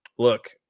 Look